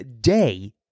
day